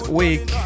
week